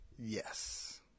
Yes